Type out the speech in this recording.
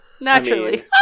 Naturally